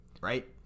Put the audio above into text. right